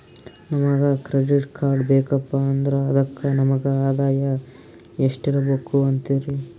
ನಮಗ credit card ಬೇಕಪ್ಪ ಅಂದ್ರ ಅದಕ್ಕ ನಮಗ ಆದಾಯ ಎಷ್ಟಿರಬಕು ಅಂತೀರಿ?